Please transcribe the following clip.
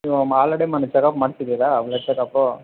ನೀವು ಆಲ್ರೆಡಿ ಮೊನ್ನೆ ಚೆಕಪ್ ಮಾಡ್ಸಿದ್ದೀರಾ ಬ್ಲಡ್ ಚೆಕಪು